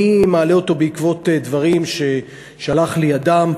אני מעלה אותו בעקבות דברים ששלח לי אדם,